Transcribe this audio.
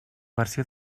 versió